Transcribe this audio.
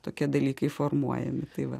tokie dalykai formuojami tai va